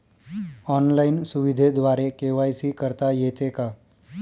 Online सुविधेद्वारे KYC करता येते का?